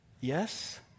Yes